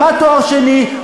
למד תואר שני,